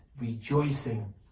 rejoicing